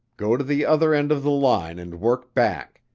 go to the other end of the line and work back.